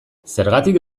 zergatik